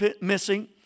missing